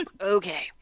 Okay